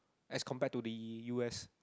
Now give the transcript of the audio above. as compared to the u_s